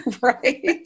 right